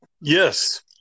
yes